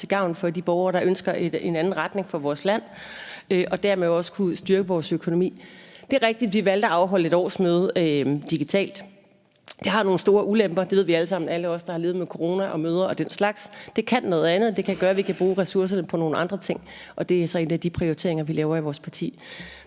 til gavn for de borgere, der ønsker en anden retning for vores land, og dermed også kunne styrke vores økonomi. Det er rigtigt, vi valgte afholde et årsmøde digitalt. Det har nogle store ulemper, det ved vi alle sammen, alle os, der har levet med corona og møder og den slags. Det kan noget andet; det kan gøre, at vi kan bruge ressourcerne på nogle andre ting, og det er så en af de prioriteringer, vi laver i vores parti,